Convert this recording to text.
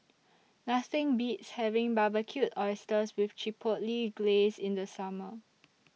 Nothing Beats having Barbecued Oysters with Chipotle Glaze in The Summer